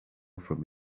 from